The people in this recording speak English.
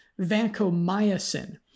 vancomycin